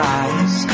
eyes